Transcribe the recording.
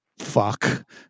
Fuck